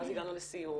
ואז הגענו לסיור,